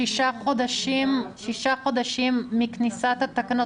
שישה חודשים מכניסת התקנות